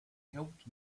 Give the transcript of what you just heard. helped